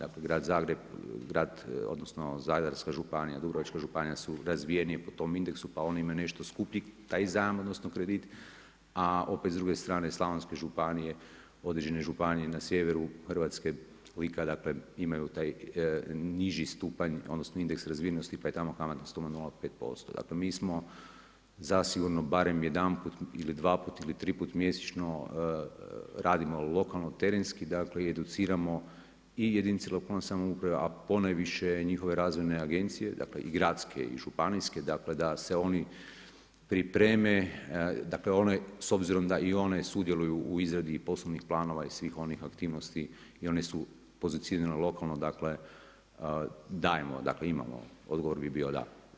Dakle grad Zagreb, grad, odnosno Zadarska županija, Dubrovačka županija su razvijenije po tom indeksu pa one imaju nešto skuplji taj zajam, odnosno kredit a opet s druge strane slavonske županije, određene županije na sjeveru Hrvatske, Lika dakle imaju taj niži stupanj, odnosno indeks razvijenosti pa je tamo kamatna stopa 0,5% Dakle mi smo zasigurno barem jedanput ili dvaput ili triput mjesečno, radimo lokalno terenski, dakle i educiramo i jedinice lokalne samouprave a ponajviše njihove razvojne agencije, dakle i gradske i županijske, dakle da se oni pripreme, s obzirom da i one sudjeluju u izradi poslovnih planova i svih onih aktivnosti i one su pozicionirane lokalno, dakle, dajemo, dakle, imamo, odgovor bi bio da.